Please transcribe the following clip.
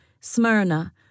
Smyrna